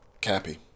Cappy